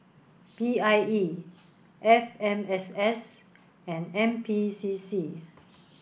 P I E F M S S and N P C C